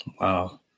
Wow